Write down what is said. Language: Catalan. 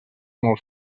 molt